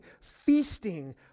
feasting